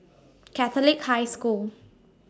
Catholic High School